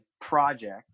project